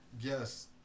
Yes